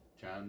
John